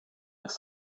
ist